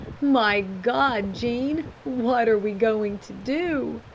my god, jean, what are we going to do?